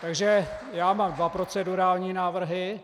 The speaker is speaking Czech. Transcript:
Takže já mám dva procedurální návrhy.